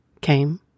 came